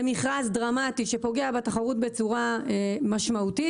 מכרז דרמטי שפוגע בתחרות בצורה משמעותית,